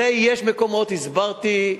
יש מקומות, הסברתי.